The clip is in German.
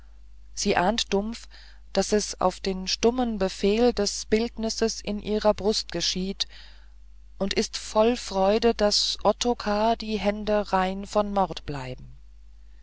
sie ahnt dumpf daß es auf den stummen befehl des bildnisses in ihrer brust geschieht und ist voll freude daß ottokar die hände rein von mord bleiben